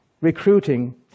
recruiting